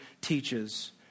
teaches